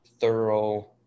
thorough